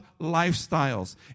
lifestyles